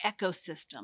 ecosystem